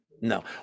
No